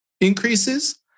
increases